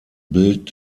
bild